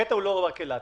הקטע הוא לא רק אילת.